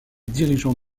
dirigeant